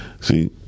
See